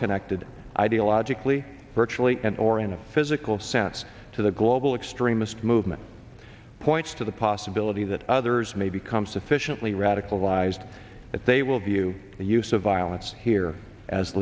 connected ideologically virtually and or in a physical sense to the global external missed movement points to the possibility that others may become sufficiently radicalized that they will be you the use of violence here as